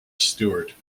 stewart